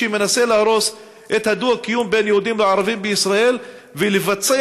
"שמנסה להרוס את הדו-קיום בין יהודים לערבים בישראל ולבצע